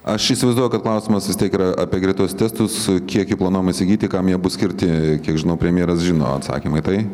aš įsivaizduoju kad klausimas vis tiek yra apie greituos testus kiek jų planuojama įsigyti kam jie bus skirti kiek žinau premjeras žino atsakymą į tai